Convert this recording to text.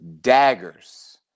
daggers